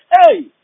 hey